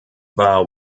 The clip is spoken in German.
war